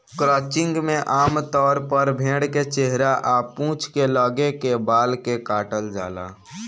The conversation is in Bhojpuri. क्रचिंग में आमतौर पर भेड़ के चेहरा आ पूंछ के लगे के बाल के काटल जाला